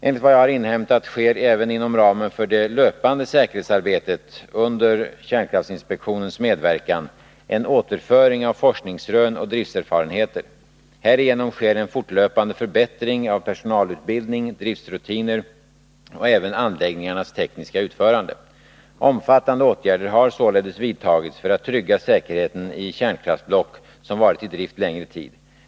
Enligt vad jag har inhämtat sker även inom ramen för det löpande säkerhetsarbetet under kärnkraftinspektionens medverkan en återföring av forskningsrön och driftserfarenheter. Härigenom sker en fortlöpande förbättring av personalutbildning, driftsrutiner och även anläggningarnas tekniska utförande. Omfattande åtgärder har således vidtagits för att trygga säkerheten i kärnkraftsblock som varit i drift längre tid.